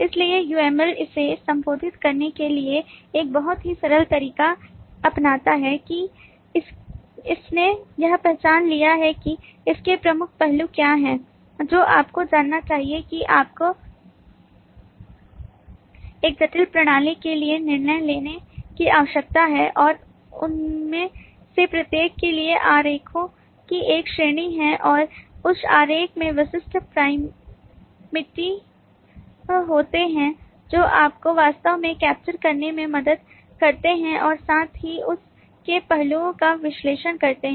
इसलिए UML इसे संबोधित करने के लिए एक बहुत ही सरल तरीका अपनाता है कि इसने यह पहचान लिया है कि इसके प्रमुख पहलू क्या हैं जो आपको जानना चाहिए कि आपको एक जटिल प्रणाली के लिए निर्णय लेने की आवश्यकता है और उनमें से प्रत्येक के लिए आरेखों की एक श्रेणी है और उस आरेख में विशिष्ट प्राइमिटिव होते हैं जो आपको वास्तव में कैप्चर करने में मदद करते हैं और साथ ही उस के पहलुओं का विश्लेषण करते हैं